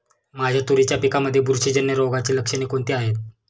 माझ्या तुरीच्या पिकामध्ये बुरशीजन्य रोगाची लक्षणे कोणती आहेत?